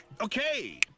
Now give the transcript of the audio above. okay